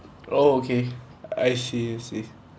oh okay I see I see